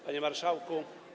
Panie Marszałku!